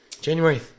January